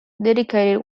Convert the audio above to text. dedicated